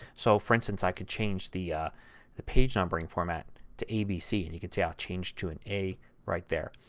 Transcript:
so, for instance, i can change the the page numbering format to a b c. and you can see how ah it changed to an a right there.